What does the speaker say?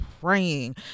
praying